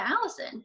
Allison